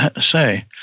say